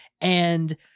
And-